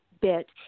bit